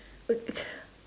look